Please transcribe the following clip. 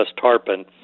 tarpon